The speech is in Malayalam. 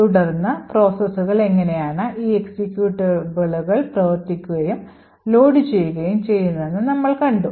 തുടർന്ന് പ്രോസസ്സുകൾ എങ്ങനെയാണ് ഈ എക്സിക്യൂട്ടബിളുകൾ പ്രവർത്തിപ്പിക്കുകയും ലോഡ് ചെയ്യുകയും ചെയ്യുന്നതെന്ന് നമ്മൾ കണ്ടു